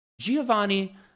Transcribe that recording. Giovanni